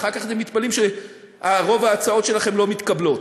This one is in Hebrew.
ואחר כך אתם מתפלאים שרוב ההצעות שלכם לא מתקבלות.